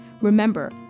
remember